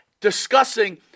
discussing